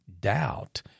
doubt